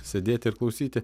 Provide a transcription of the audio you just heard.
sėdėti ir klausyti